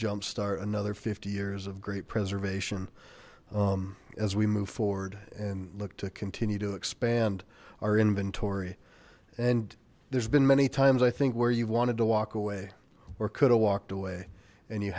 jump start another fifty years of great preservation as we move forward and look to continue to expand our inventory and there's been many times i think where you've wanted to walk away or could have walked away and you